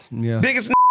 biggest